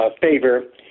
favor